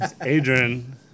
Adrian